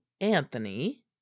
Anthony